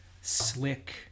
slick